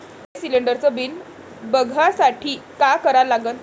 मले शिलिंडरचं बिल बघसाठी का करा लागन?